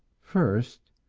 first,